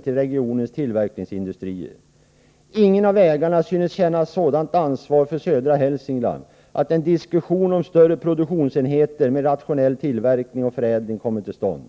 till regionens tillverkningsindustrier. Ingen av ägarna synes känna ett sådant ansvar för södra Hälsingland att en diskussion om större produktionsenheter med rationell tillverkning och förädling kommer till stånd.